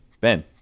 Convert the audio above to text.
Ben